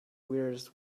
weirdest